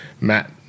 matt